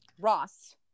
ross